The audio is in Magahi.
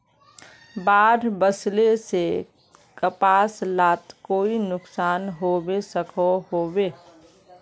बाढ़ वस्ले से कपास लात कोई नुकसान होबे सकोहो होबे?